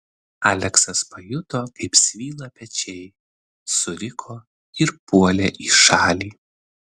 aleksas pajuto kaip svyla pečiai suriko ir puolė į šalį